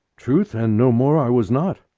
truth, and no more i was not.